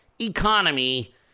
economy